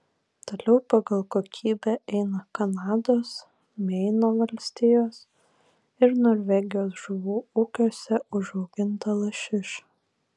toliau pagal kokybę eina kanados meino valstijos ir norvegijos žuvų ūkiuose užauginta lašiša